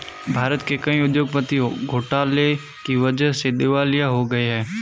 भारत के कई उद्योगपति घोटाले की वजह से दिवालिया हो गए हैं